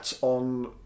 on